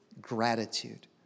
gratitude